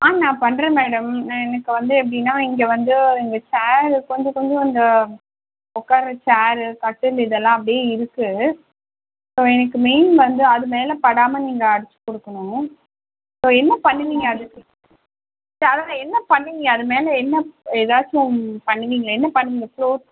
ஆ நான் பண்ணுறேன் மேடம் நான் எனக்கு வந்து எப்படினா இங்கே வந்து இங்கே சேர் கொஞ்சம் கொஞ்சம் அந்த உட்கார சேர் கட்டில் இதெல்லாம் அப்படியே இருக்குது ஸோ எனக்கு மெயின் வந்து அது மேலே படாமல் நீங்கள் அடித்துக் கொடுக்கணும் ஸோ என்ன பண்ணுவீங்க அதுக்கு ஸோ அது தான் என்ன பண்ணுவீங்க அதுமேலே என்ன ஏதாச்சும் பண்ணுவீங்களே என்ன பண்ணுவீங்க புளோ